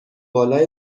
بالا